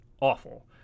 awful